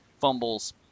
fumbles